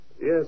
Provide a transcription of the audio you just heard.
Yes